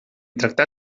tractar